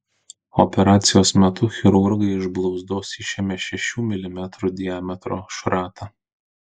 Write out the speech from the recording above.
operacijos metu chirurgai iš blauzdos išėmė šešių milimetrų diametro šratą